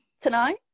tonight